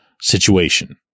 situation